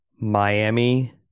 Miami